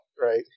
right